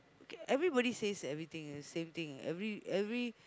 everybody says everything same thing every every